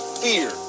fear